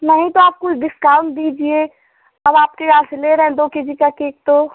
नहीं तो आप कुछ डिस्काउंट दीजिए अब आपके यहाँ से ले रहे हैं दो के जी का केक तो